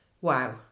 Wow